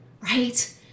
right